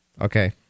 Okay